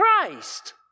Christ